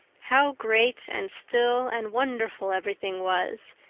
how great and still and wonderful everything was,